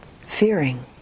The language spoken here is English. fearing